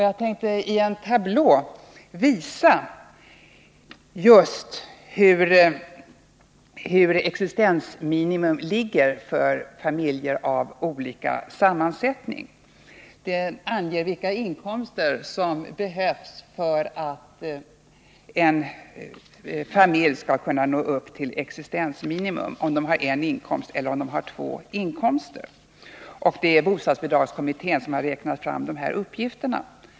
Jag tänkte genom en tablå på bildskärmen visa vilka inkomster som behövs för att en familj skall kunna nå upp till existensminimum vid en resp. två inkomster. Det är bostadsbidragskommittén som har räknat fram de här uppgifterna.